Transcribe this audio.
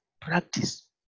Practice